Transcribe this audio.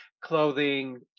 clothing